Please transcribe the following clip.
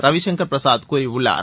ரவிசங்கர் பிரசாத் கூறியுள்ளார்